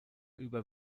über